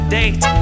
date